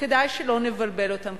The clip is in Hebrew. וכדאי שלא נבלבל את הדברים,